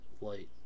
light